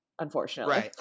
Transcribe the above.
unfortunately